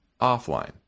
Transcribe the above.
offline